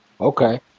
Okay